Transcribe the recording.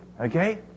Okay